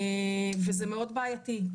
וזה מאוד בעייתי,